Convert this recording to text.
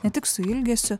ne tik su ilgesiu